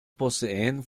poseen